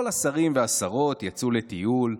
כל השרים והשרות יצאו לטיול.